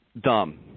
dumb